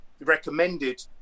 recommended